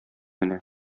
генә